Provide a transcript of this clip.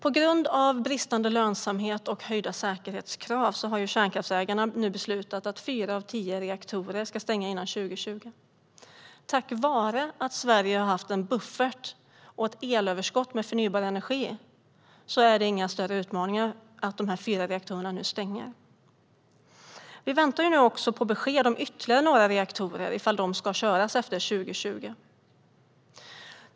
På grund av bristande lönsamhet och ökade säkerhetskrav har kärnkraftsägarna nu beslutat att fyra av tio reaktorer ska stänga före 2020. Tack vare att Sverige har haft en buffert och ett elöverskott av förnybar energi är det ingen större utmaning att de fyra reaktorerna nu stängs. Vi väntar nu på besked ifall ytterligare några reaktorer ska köras efter 2020.